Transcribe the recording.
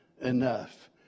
enough